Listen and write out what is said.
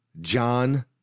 john